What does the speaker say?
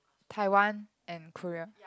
Taiwan and Korea